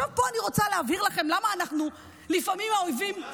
עכשיו פה אני רוצה להבהיר לכם למה אנחנו לפעמים האויבים,